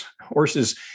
horses